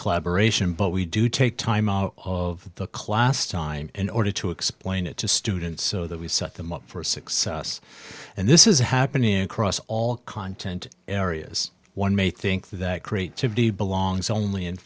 collaboration but we do take time out of the class time in order to explain it to students so that we set them up for success and this is happening across all content areas one may think that creativity belongs only